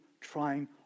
trying